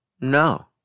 No